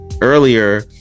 earlier